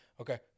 Okay